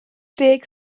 deg